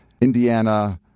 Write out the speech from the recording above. Indiana